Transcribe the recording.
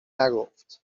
نگفت